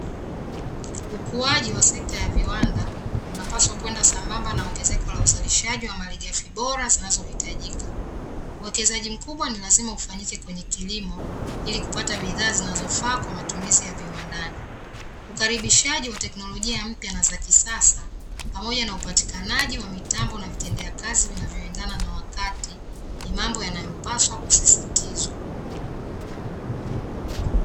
Ukuaji wa sekta ya viwanda, unapaswa kwenda sambamba na ongezeko la uzalishaji wa malighafi bora zinazohitajika. Uwekezaji mkubwa ni lazima ufanyike kwenye kilimo ili kupata bidhaa zinazofaa kwa matumizi ya viwandani. Ukaribishaji wa teknolojia mpya na za kisasa pamoja na upatikanaji wa mitambo na vitendea kazi vinavyoendana na wakati ni mambo yanayopaswa kusisitizwa.